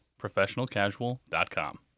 ProfessionalCasual.com